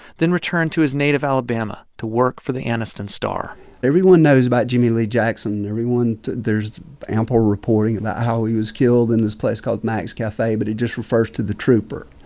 then returned to his native alabama to work for the anniston star everyone knows about jimmie lee jackson. everyone there's ample reporting about how he was killed in this place called mack's cafe. but it just refers to the trooper,